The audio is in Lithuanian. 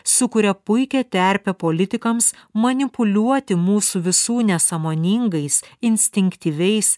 sukuria puikią terpę politikams manipuliuoti mūsų visų nesąmoningais instinktyviais